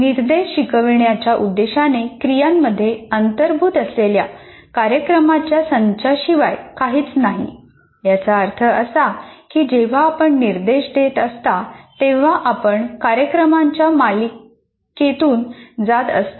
निर्देश शिकवणुकीच्या उद्देशाने क्रियांमध्ये अंतर्भूत असलेल्या कार्यक्रमांच्या संचाशिवाय काहीच नाही याचा अर्थ असा की जेव्हा आपण निर्देश देत असता तेव्हा आपण कार्यक्रमांच्या मालिकेतून जात असता